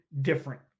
different